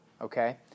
okay